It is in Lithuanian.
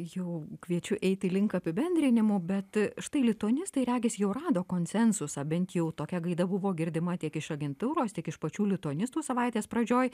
jau kviečiu eiti link apibendrinimų bet štai lituanistai regis jau rado konsensusą bent jau tokia gaida buvo girdima tiek iš agentūros tiek iš pačių lituanistų savaitės pradžioj